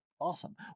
Awesome